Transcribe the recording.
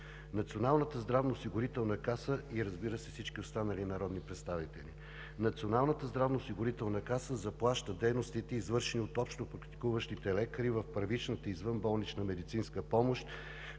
Националната здравноосигурителна каса заплаща дейностите, извършени от общопрактикуващите лекари в първичната извънболнична медицинска помощ,